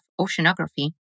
Oceanography